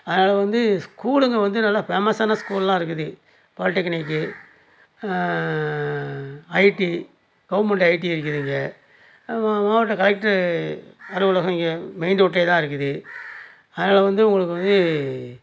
அதனால வந்து ஸ்கூலுங்க வந்து நல்லா ஃபேமஸ்ஸான ஸ்கூல்லாம் இருக்குது பாலிடெக்னிக்கு ஐடி கவர்மெண்டு ஐடி இருக்குது இங்கே மா மாவட்ட கலெக்ட்ரு அலுவலகம் இங்கே மெயின் ரோட்டுலேயே தான் இருக்குது அதனால வந்து உங்களுக்கு வந்து